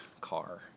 car